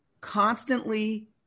constantly